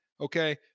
okay